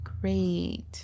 Great